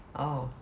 orh